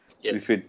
Yes